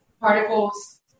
Particles